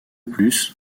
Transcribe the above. plus